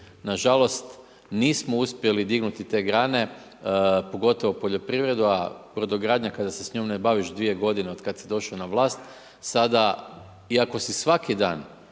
nažalost nismo uspjeli dignuti te grane, pogotovo poljoprivreda, a brodogradnja, kada se s njom ne baviš 2 g. od kada si došao na vlast, sada iako si svaki dan